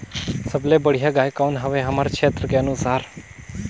सबले बढ़िया गाय कौन हवे हमर क्षेत्र के अनुसार?